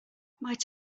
might